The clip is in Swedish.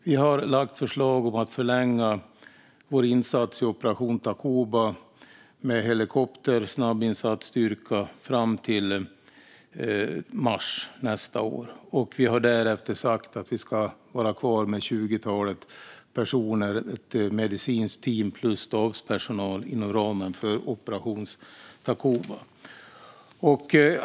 Vi har lagt fram förslag om att förlänga vår insats i Operation Takuba med helikoptersnabbinsatsstyrka fram till mars nästa år. Vi har sagt att vi därefter ska vara kvar med ett tjugotal personer - ett medicinskt team plus stabspersonal - inom ramen för Operation Takuba.